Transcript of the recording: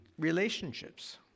relationships